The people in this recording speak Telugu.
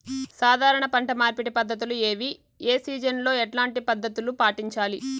సాధారణ పంట మార్పిడి పద్ధతులు ఏవి? ఏ సీజన్ లో ఎట్లాంటి పద్ధతులు పాటించాలి?